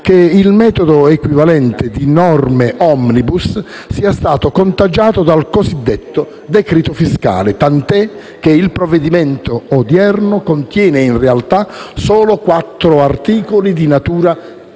che il metodo equivalente di norme *omnibus* sia stato contagiato dal cosiddetto decreto-legge fiscale, tant'è che il provvedimento odierno contiene, in realtà, solo quattro articoli di natura